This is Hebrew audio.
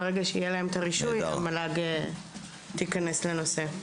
ברגע שיהיה להם את הרישוי אז המל"ג תיכנס לנושא.